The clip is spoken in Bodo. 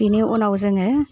बेनि उनाव जोङो